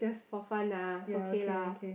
for fun lah okay lah